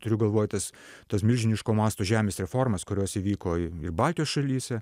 turiu galvoj tas tas milžiniško masto žemės reformas kurios įvyko baltijos šalyse